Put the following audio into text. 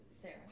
Sarah